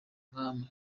umwami